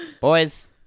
Boys